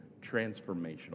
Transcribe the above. transformational